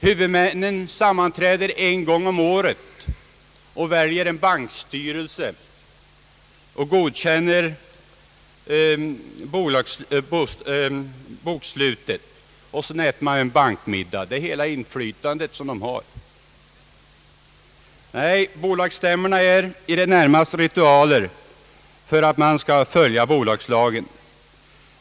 Huvudmännen sammanträder en gång om året, väljer en bankstyrelse och godkänner bokslutet, och sedan äter man en bankmiddag. Det är hela inflytandet som de har. Nej, stämmorna är i det närmaste ritualer för att man skall följa lagen.